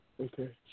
Okay